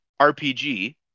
RPG